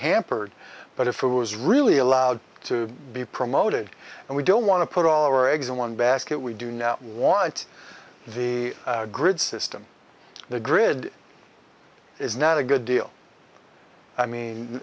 hampered but if it was really allowed to be promoted and we don't want to put all our eggs in one basket we do now want the grid system the grid is not a good deal i mean